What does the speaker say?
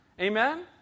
Amen